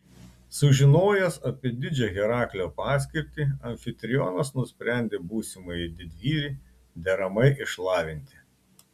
sužinojęs apie didžią heraklio paskirtį amfitrionas nusprendė būsimąjį didvyrį deramai išlavinti